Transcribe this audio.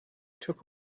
took